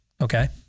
okay